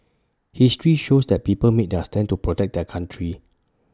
history shows that people made their stand to protect their country